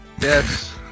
yes